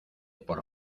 por